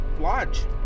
lodge